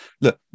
look